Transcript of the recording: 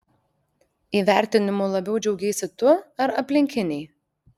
įvertinimu labiau džiaugeisi tu ar aplinkiniai